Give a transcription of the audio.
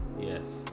Yes